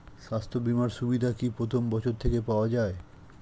স্বাস্থ্য বীমার সুবিধা কি প্রথম বছর থেকে পাওয়া যায়?